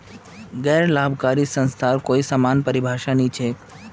गैर लाभकारी संस्थार कोई समान परिभाषा नी छेक